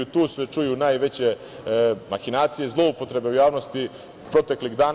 Tu se čuju najveće mahinacije i zloupotrebe u javnosti proteklih dana.